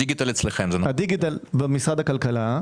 הדיגיטל במשרד הכלכלה,